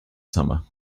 summer